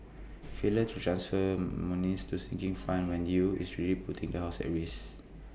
failure to transfer monies to sinking fund when due is really putting the house at risk